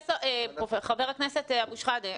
חבר הכנסת אבו שחאדה,